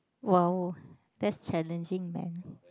!wow! that's challenging man